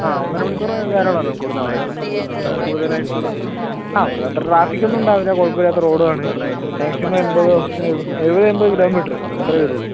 ആ ഒന്നരമണിക്കൂറ് ധാരാളമാണ് നമുക്കിവിടുന്ന് അവിടെ എത്താന് കൂടുതലായിട്ടുള്ള ഇവിടുന്നു അത്ര ട്രാഫിക്കൊന്നും ഉണ്ടാവില്ല കുഴപ്പമില്ലാത്ത റോഡും ആണ് മാക്സിമം എൻപതോ എഴ്പ എഴുപത് എൺപത് കിലോമീറ്ററ് അത്രയേ വരുവൊള്ളു